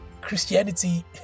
Christianity